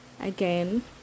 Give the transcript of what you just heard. again